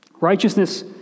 Righteousness